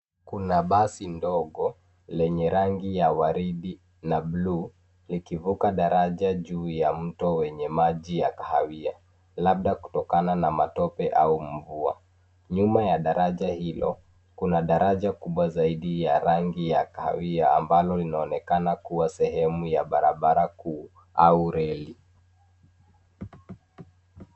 Kuna basi ndogo lenye rangi ya waridi na buluu likivuka daraja juu ya mto wenye maji ya kahawia labda kutokana na matope au mvua. Nyuma ya daraja hilo, kuna daraja kubwa zaidi ya rangi ya kahawia ambalo linaonekana kuwa sehemu ya barabara kuu au reli.